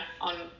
on